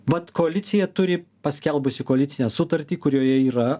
vat koalicija turi paskelbusi koalicinę sutartį kurioje yra